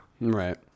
Right